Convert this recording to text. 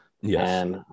yes